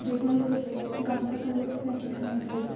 बेजों लोगोसे गामसाजोंबो सिनायथि होनाय जायो